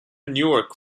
newark